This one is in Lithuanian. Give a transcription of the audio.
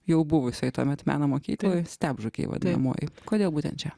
jau buvusioj tuomet meno mokykloj stebžukėj vadinamojoj kodėl būtent čia